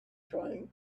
trying